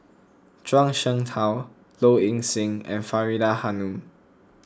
Zhuang Shengtao Low Ing Sing and Faridah Hanum